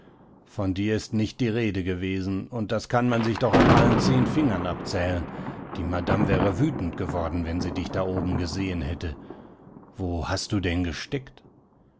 von dir ist nicht die rede gewesen und das kann man sich doch an allen zehn fingern abzählen die madame wäre wütend geworden wenn sie dich da oben gesehen hätte wo hast du denn gesteckt